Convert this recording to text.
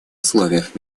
условиях